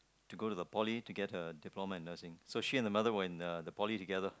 to go to the poly to get her diploma in nursing so she and her mother were in uh the poly together